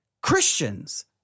Christians